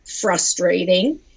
frustrating